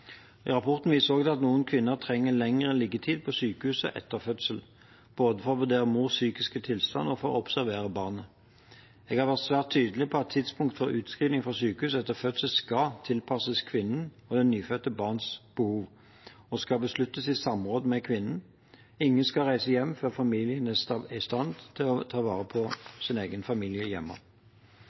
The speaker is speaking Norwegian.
Rapporten viser også til at noen kvinner trenger lengre liggetid på sykehuset etter fødsel, både for å vurdere mors psykiske tilstand og for å observere barnet. Jeg har vært svært tydelig på at tidspunktet for utskrivning fra sykehus etter fødsel skal tilpasses kvinnens og det nyfødte barnets behov og skal besluttes i samråd med kvinnen. Ingen skal reise hjem før familien er i stand til å ta vare på seg selv hjemme.